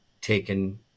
taken